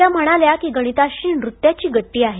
त्या म्हणाल्या की गणिताशी नृत्याची गट्टी आहे